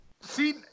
see